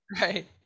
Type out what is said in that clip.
Right